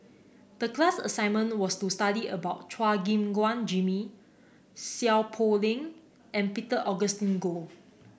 the class assignment was to study about Chua Gim Guan Jimmy Seow Poh Leng and Peter Augustine Goh